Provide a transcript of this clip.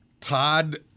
Todd